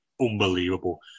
unbelievable